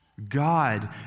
God